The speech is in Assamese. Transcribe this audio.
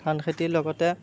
ধান খেতিৰ লগতে